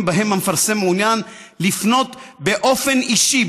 שבהם המפרסם מעוניין לפנות באופן אישי,